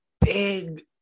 big